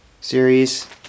series